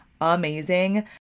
Amazing